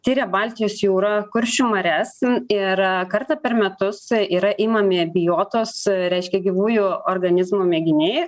tiria baltijos jūrą kuršių marias ir kartą per metus yra imami bijotos reiškia gyvųjų organizmų mėginiai